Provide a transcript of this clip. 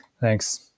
Thanks